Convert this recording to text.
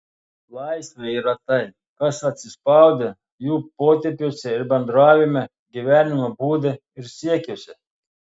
laisvė yra tai kas atsispaudę jų potėpiuose ir bendravime gyvenimo būde ir siekiuose